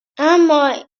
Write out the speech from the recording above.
اما